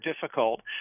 difficult